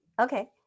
Okay